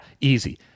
easy